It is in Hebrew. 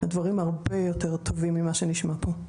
הדברים הרבה יותר טובים ממה שנשמע כאן.